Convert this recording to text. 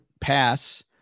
pass